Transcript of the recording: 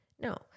No